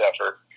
effort